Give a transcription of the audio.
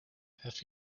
have